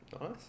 Nice